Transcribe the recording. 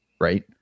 right